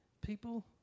People